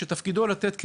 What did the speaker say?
שתפקידו לתת כלים,